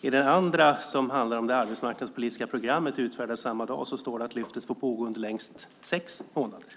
I den andra förordningen, som handlar om det arbetsmarknadspolitiska programmet och som är utfärdad samma dag, står det att Lyftet får pågå i längst sex månader.